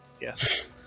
yes